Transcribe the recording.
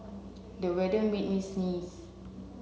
the weather made me sneeze